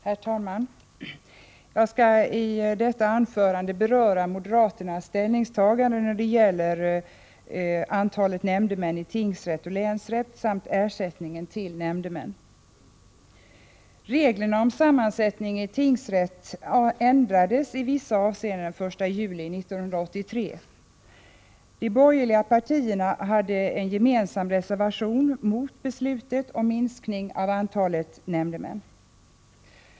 Herr talman! Jag skall i detta anförande beröra moderaternas ställningstagande när det gäller antalet nämndemän i tingsrätt samt ersättningen till nämndemän. Reglerna om sammansättningen i tingsrätterna ändrades i vissa avseenden den 1 juli 1983. De borgerliga partierna hade en gemensam reservation mot beslutet om minskning av antalet nämndemän.